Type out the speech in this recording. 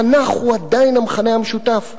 התנ"ך הוא עדיין המכנה המשותף.